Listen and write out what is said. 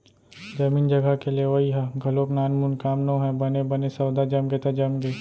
जमीन जघा के लेवई ह घलोक नानमून काम नोहय बने बने सौदा जमगे त जमगे